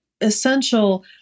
essential—